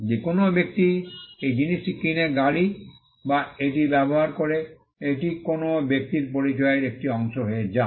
যে কোনও ব্যক্তি এই জিনিসটি কিনে গাড়ি এবং এটি ব্যবহার করে এটি কোনও ব্যক্তির পরিচয়ের একটি অংশ হয়ে যায়